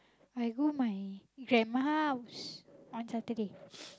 I go my grandma house on Saturday